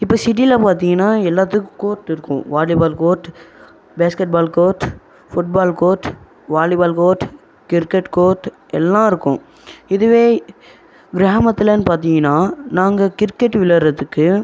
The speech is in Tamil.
இப்போ சிட்டியில பார்த்திங்கன்னா எல்லாத்துக்கும் கோர்ட் இருக்கும் volleyball court basketball court football court volleyball court cricket court எல்லாம் இருக்கும் இதுவே கிராமத்துலன்னு பார்த்திங்கன்னா நாங்கள் கிரிக்கெட் விளையாடுறதுக்கு